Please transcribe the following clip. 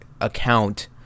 account